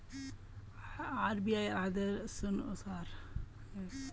आरबीआईर आदेशानुसार इस साल बैंकेर द्वारा ऋण दर नी बढ़ाल जा तेक